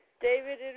David